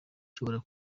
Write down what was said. nshobora